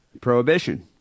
Prohibition